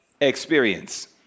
experience